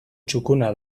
txukuna